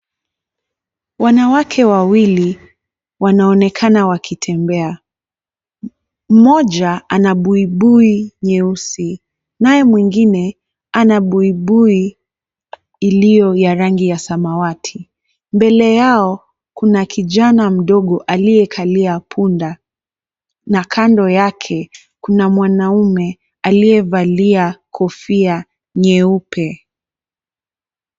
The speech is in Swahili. Wanawake wawili wanaonekana wakitembea. Mmoja ana buibui nyeusi naye mwingine ana buibui iliyo ya rangi ya samawati. Mbele yao kuna kijana mdogo aliyekalia punda na kando yake kuna mwanaume aliyevalia kofia nyeupe.